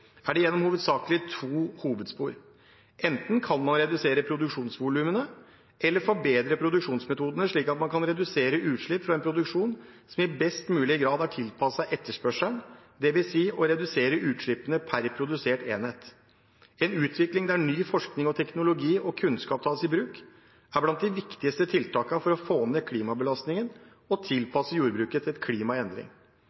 det hovedsakelig gjennom to hovedspor. Man kan enten redusere produksjonsvolumene, eller man kan forbedre produksjonsmetodene, slik at man kan redusere utslippene fra en produksjon som i best mulig grad er tilpasset etterspørselen, det vil si å redusere utslippene per produsert enhet. En utvikling der ny forskning, teknologi og kunnskap tas i bruk, er blant de viktigste tiltakene for å få ned klimabelastningen og